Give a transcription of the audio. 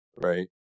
right